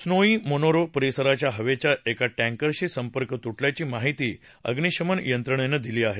snowy Monaro परिसरात हवेच्या एका टँकरशी संपर्क तुटल्याची माहिती अभ्निशमन यंत्रणेनं दिली आहे